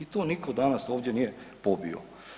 I to nitko danas ovdje nije pobio.